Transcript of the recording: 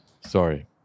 Sorry